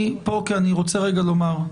אשי, אני פה כי אני רוצה רגע לומר.